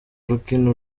rukino